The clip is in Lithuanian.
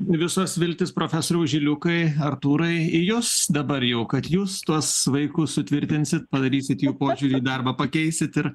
visas viltis profesoriau žiliukai artūrai į jus dabar jau kad jūs tuos vaikus sutvirtinsit padarysit jų požiūrį į darbą pakeisit ir